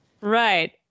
Right